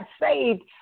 saved